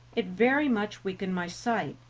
it very much weakened my sight,